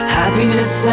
happiness